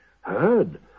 heard